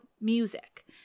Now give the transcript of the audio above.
music